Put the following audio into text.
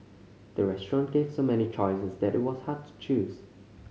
the restaurant gave so many choices that it was hard to choose